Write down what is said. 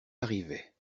arrivait